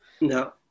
No